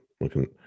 Looking